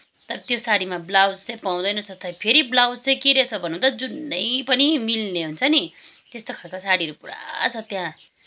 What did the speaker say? तर त्यो सारीमा ब्लाउज चाहिँ पाउँदैन छ त फेरि ब्लाउज चाहिँ के रहेछ भन्नु त जुनै पनि मिल्ने हुन्छ नि त्यस्तो खालको सारीहरू पुरा छ त्यहाँ